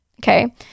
okay